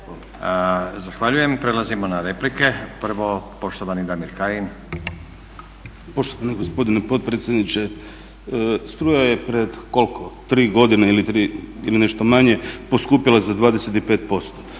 Zahvaljujem. Prelazimo na replike. Prvo poštovani Damir Kajin. **Kajin, Damir (ID - DI)** Poštovani gospodine potpredsjedniče, struja je pred, koliko, 3 godine ili nešto manje poskupjela za 25%.